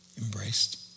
embraced